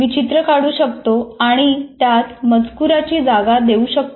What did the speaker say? मी चित्र काढू शकतो आणि त्यात मजकुराची जागा देऊ शकतो